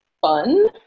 fun